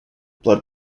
blood